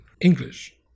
English